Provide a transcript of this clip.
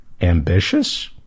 ambitious